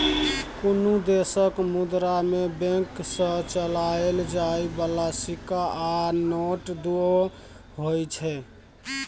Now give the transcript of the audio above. कुनु देशक मुद्रा मे बैंक सँ चलाएल जाइ बला सिक्का आ नोट दुओ होइ छै